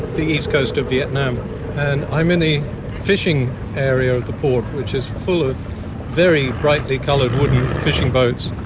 the east coast of vietnam, and i'm in the fishing area of the port which is full of very brightly coloured wooden fishing boats.